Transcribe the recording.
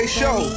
show